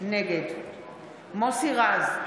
נגד מוסי רז,